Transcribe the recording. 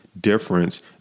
difference